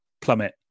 plummet